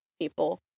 people